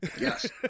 yes